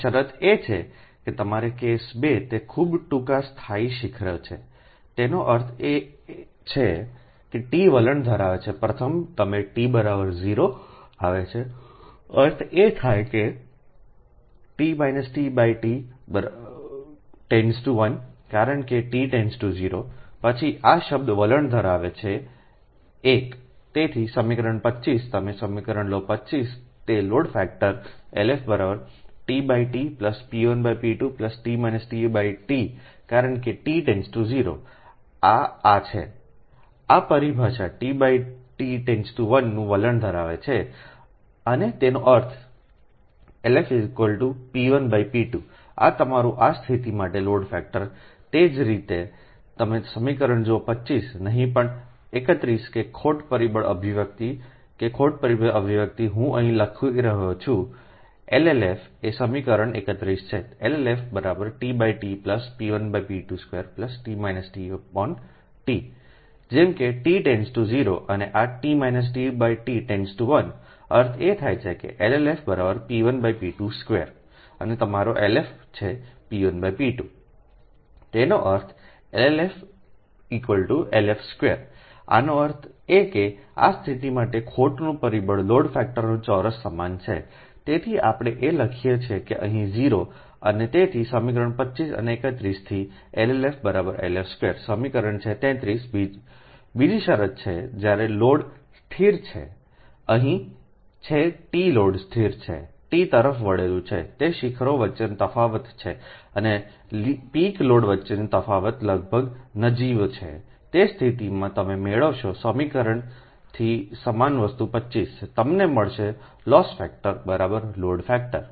અને શરત એ છે કે તમારો કેસ 2 તે ખૂબ ટૂંકા સ્થાયી શિખરો છેતેનો અર્થ છે ટી વલણ ધરાવે છે પ્રથમ તમેt→0 આવે છેઅર્થ એ થાય કે T→1કારણ કેt→0પછી આ શબ્દ વલણ ધરાવે છે 1 તેથી સમીકરણ 25 તમે સમીકરણ લો 25 તે લોડ ફેક્ટર છેLF t T p1p2 Tકારણ કેટી→0 આ આ છે આ પરિભાષા T1 નું વલણ ધરાવે છે અને તેનો અર્થ LF p1p2આ તમારું આ સ્થિતિ માટે લોડ ફેક્ટર તે જ રીતે જો તમે સમીકરણ જુઓ 25 નહિ પણ 25 31 કે ખોટ પરિબળ અભિવ્યક્તિ કે ખોટ પરિબળ અભિવ્યક્તિ હું અહીં લખી રહ્યો છું એલએલએફ આ સમીકરણ 31 છે તે LLF t T p1p22 Tજેમ કેટી→0અને આ T→1અર્થ એ થાય કે LLF p1p22 અને તમારો LF છે p1p2 તેનો અર્થLLF LF2આનો અર્થ એ કે આ સ્થિતિ માટે ખોટનું પરિબળ લોડ ફેક્ટરના ચોરસ સમાન છે તેથી આપણે આ લખીએ છીએ કે અહીં 0 અને તેથી સમીકરણ 25 અને 31 થીLLF LF2 સમીકરણ છે 33 બીજી શરત છે જ્યારે લોડ સ્થિર છે જે અહીં છે t લોડ સ્થિર છે T તરફ વળેલું છે તે શિખરો વચ્ચેનો તફાવત છે અને લિક લોડ વચ્ચેનો તફાવત લગભગ નજીવો છે તે સ્થિતિમાં તમે મેળવશો સમીકરણથી સમાન વસ્તુ 25 તમને મળશે લોસ ફેક્ટર બરાબર લોડ ફેક્ટર